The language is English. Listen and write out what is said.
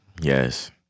Yes